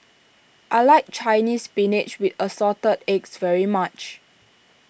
I like Chinese Spinach with Assorted Eggs very much